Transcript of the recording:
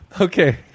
Okay